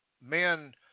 men